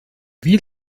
wie